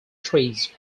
trees